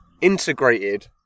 integrated